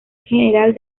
general